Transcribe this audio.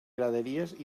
graderies